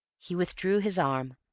he withdrew his arm,